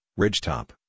Ridgetop